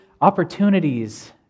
opportunities